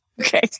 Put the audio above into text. Okay